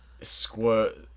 Squirt